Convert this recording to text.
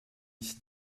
ici